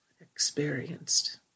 experienced